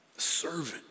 servant